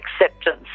acceptance